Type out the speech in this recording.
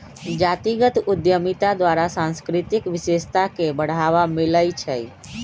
जातीगत उद्यमिता द्वारा सांस्कृतिक विशेषता के बढ़ाबा मिलइ छइ